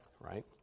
right